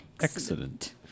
Excellent